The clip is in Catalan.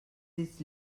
dits